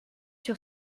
sur